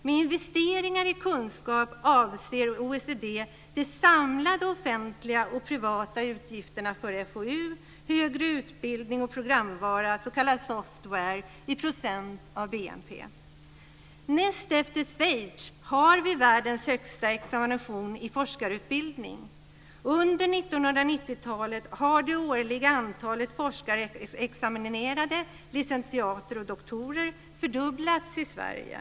Med investeringar i kunskap avser OECD de samlade offentliga och privata utgifterna för FoU, högre utbildning och programvara, s.k. software, i procent av BNP. Näst efter Schweiz har Sverige världens högsta grad av examination i forskarutbildning. Under 1990 talet har det årliga antalet forskarexaminerade, licentiater och doktorer, fördubblats i Sverige.